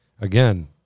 Again